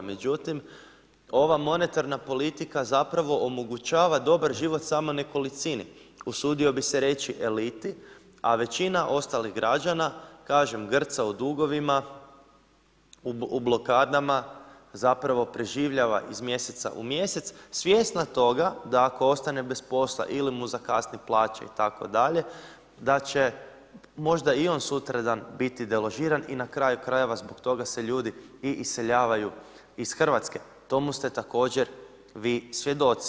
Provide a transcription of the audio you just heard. Međutim, ova monetarna politika zapravo omogućava dobar život samo nekolicini, usudio bih se reći eliti, a većina ostalih građana, kažem grca u dugovima, u blokadama, preživljava iz mjeseca u mjesec, svjesna toga da ako ostane bez posla ili mu zakasni plaća itd. da će možda i on sutradan biti deložiran i na kraju krajeva zbog toga se ljudi i iseljavaju iz Hrvatske, tomu ste također vi svjedoci.